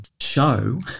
show